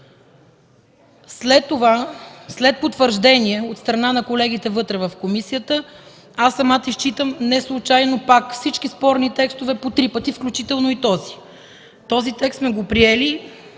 След това, след потвърждение от страна на колегите вътре в комисията, аз самата изчитам неслучайно пак всички спорни текстове по три пъти, включително и този. Този текст сме го приели